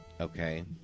Okay